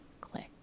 click